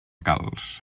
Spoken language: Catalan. calç